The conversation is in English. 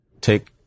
take